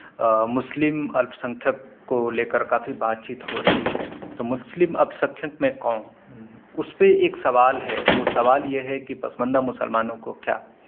مسلم الپ سنکھیک کو لے کر کافی بات چیت ہو رہی ہے تو مسلم الپ سنکھیک میں کون اس پہ ایک سوال ہے وہ سوال یہ ہے کہ پسماندہ مسلمانوں کو کیا